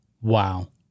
Wow